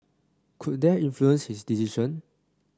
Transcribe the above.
could that influenced his decision